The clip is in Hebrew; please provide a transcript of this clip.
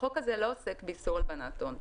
החוק הזה לא עוסק באיסור הלבנת הון.